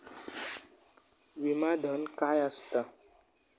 विमा धन काय असता?